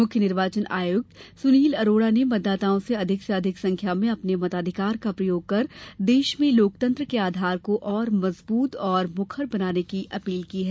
मुख्य निर्वाचन आयुक्त सुनील अरोड़ा ने मतदाताओं से अधिक से अधिक संख्या में अपने मताधिकार का प्रयोग कर देश में लोकतंत्र के आधार को और मजबूत तथा मुखर बनाने की अपील की है